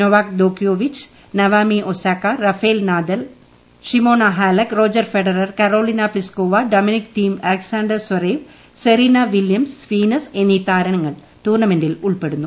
Novak ദോക്കിയോവിച്ച് Naomi Osaka Rafael Nadal Simona Halep Roger Federer Karolina Pliskova Dominic Thiem Alexander Zverev Serena Williams Venus എന്നീ താരങ്ങൾ ടൂർണമെന്റിൽ ഉൾപ്പെടുന്നു